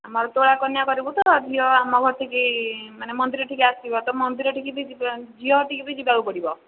ଆମର ତୁଳାକନ୍ୟା କରିବୁ ତ ଝିଅ ଆମ ଘରଠିକୁ ମାନେ ମନ୍ଦିରଠିକୁ ଆସିବ ତ ମନ୍ଦିରଠିକୁ ବି ଝିଅଠିକୁ ବି ଯିବାକୁ ପଡ଼ିବ